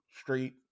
Street